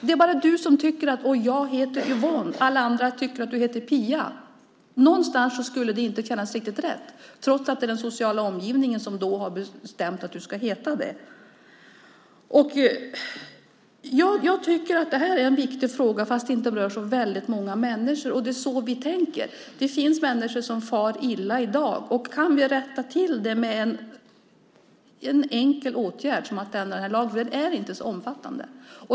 Det är bara du som tycker att du heter Yvonne. Alla andra tycker att du heter Pia. Någonstans skulle det inte kännas riktigt rätt trots att det är den sociala omgivningen som har bestämt att du ska heta Pia. Jag tycker att det här är en viktig fråga fast den inte rör så många människor. Det är så vi tänker. Det finns människor som far illa i dag. Vi kan rätta till det med en enkel åtgärd som att ändra lagen. Den är inte så omfattande.